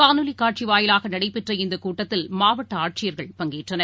காணொலிகாட்சிவாயிலாகநடைபெற்ற இந்தகூட்டத்தில் மாவட்டஆட்சியர்கள் பங்கேற்றனர்